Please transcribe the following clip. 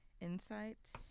Insights